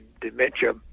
dementia